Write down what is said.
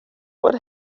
what